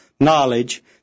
knowledge